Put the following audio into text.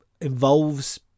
involves